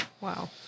Wow